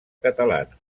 catalana